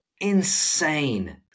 insane